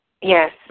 Yes